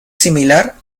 similar